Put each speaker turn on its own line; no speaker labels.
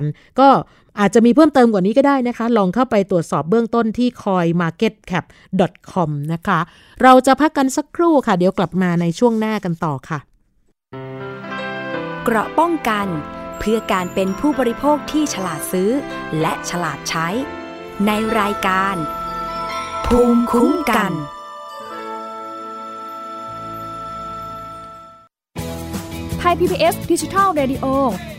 ก็อาจจะมีเพิ่มเติมกว่านี้ก็ได้นะคะลองเข้าไปตรวจสอบเบื้องต้นที่ coinmarketcap.comนะคะเราจะพักกันสักครู่ค่ะเดี๋ยวกลับมาในช่วงหน้ากันต่อค่ะ
เกราะป้องกันเพื่อการเป็นผู้บริโภคที่ฉลาดซื้อและฉลาดใช้ในรายการภูมิคุ้มกัน
ไทย PBS ดิจิทัลเรดิโอ